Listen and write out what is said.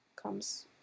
comes